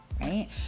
right